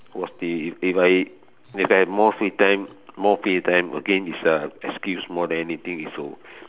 watch T_V if I if I have more free time more free time again it's a excuse more than anything is to